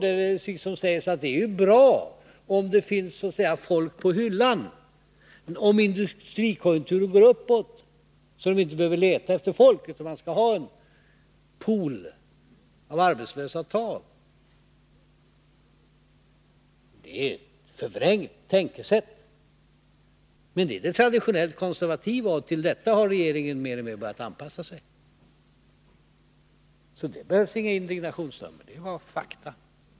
Ni säger att det är bra om det finns så att säga folk på hyllan. Om industrikonjunkturen går uppåt, så behöver vi inte leta efter folk. Man skall ha en pool av arbetslösa att ta av. Det är ett förvrängt tänkesätt. Men det är det traditionellt konservativa, och till detta har regeringen mer och mer börjat anpassa sig. Så det behövs inga indignationsnummer — det är bara fakta.